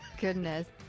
Goodness